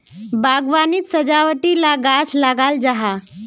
बाग्वानित सजावटी ला गाछ लगाल जाहा